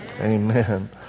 amen